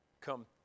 come